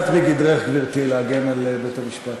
לא יצאת מגדרך, גברתי, להגן על בית-המשפט.